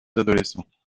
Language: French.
adolescents